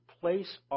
place